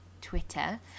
twitter